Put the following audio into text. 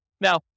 Now